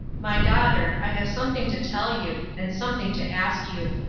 my daughter, i have something to tell you, and something to ask you.